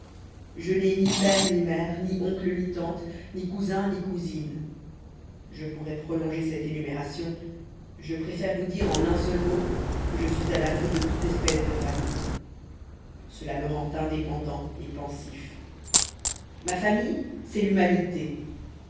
je n'ai ni père ni mère ni oncle ni tante ni cousin ni cousine je pourrais prolonger cette énumération je préfère vous dire en un seul mot que je suis à l'abri de toute espèce de famille cela me rend indépendant et pensif ma famille c'est l'humanité